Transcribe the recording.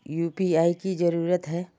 UPI की जरूरी है?